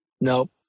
Nope